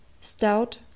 stout